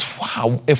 wow